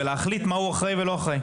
ולהחליט מה הוא אחראי ומה הוא לא אחראי.